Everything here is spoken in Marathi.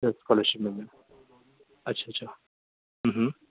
स्कॉलरशिप मिळते अच्छा अच्छा